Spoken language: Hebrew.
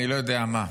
אני לא יודע מה.